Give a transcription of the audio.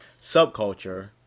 subculture